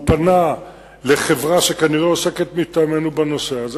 הוא פנה לחברה שכנראה עוסקת מטעמנו בנושא הזה,